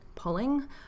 pulling